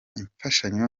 imfashanyo